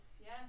yes